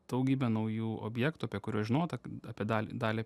daugybė naujų objektų apie kuriuos žinota k apie dalį dalį